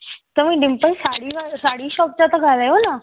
तव्हीं डिम्पल साड़ी वारा साड़ी शॉप था पिया ॻाल्हायो न